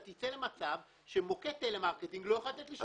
תיצור מצב שמוקד טלמרקטינג לא יוכל לתת לי שירותים.